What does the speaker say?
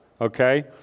okay